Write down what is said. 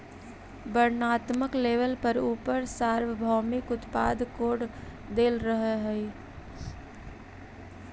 वर्णात्मक लेबल पर उपर सार्वभौमिक उत्पाद कोड देल रहअ हई